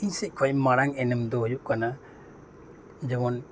ᱤᱧ ᱥᱮᱫ ᱠᱷᱚᱱ ᱢᱟᱨᱟᱝ ᱮᱱᱮᱢ ᱫᱚ ᱦᱩᱭᱩᱜ ᱠᱟᱱᱟ ᱡᱮᱢᱚᱱ